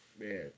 Man